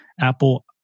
Apple